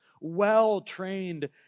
well-trained